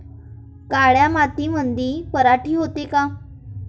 काळ्या मातीमंदी पराटी होते का?